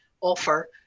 offer